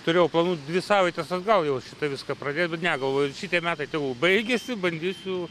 turėjau planų dvi savaitės atgal jau viską pradėt bet ne galvoju ir šitie metai tegul baigiasi bandysiu